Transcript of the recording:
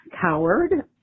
Coward